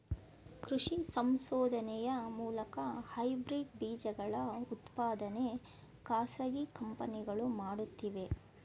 ಕೃಷಿ ಸಂಶೋಧನೆಯ ಮೂಲಕ ಹೈಬ್ರಿಡ್ ಬೀಜಗಳ ಉತ್ಪಾದನೆ ಖಾಸಗಿ ಕಂಪನಿಗಳು ಮಾಡುತ್ತಿವೆ